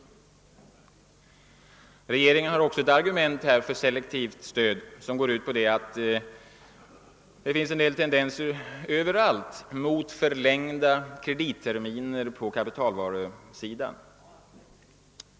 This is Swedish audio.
Regeringen har också ett argument för selektivt stöd som går ut på att det finns tendenser överallt till förlängda kreditterminer på <kapitalvarusidan.